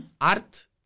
art